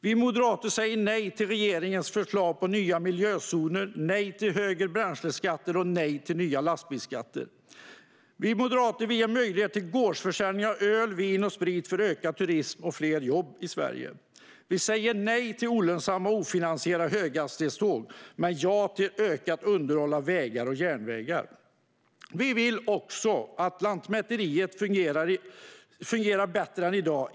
Vi moderater säger nej till regeringens förslag på nya miljözoner, nej till högre bränsleskatter och nej till nya lastbilsskatter. Vi moderater vill ge möjlighet till gårdsförsäljning av öl, vin och sprit för ökad turism och fler jobb i Sverige. Vi säger nej till olönsamma och ofinansierade höghastighetståg, men vi säger ja till ökat underhåll av vägar och järnvägar. Vi vill också att Lantmäteriet ska fungera bättre än i dag.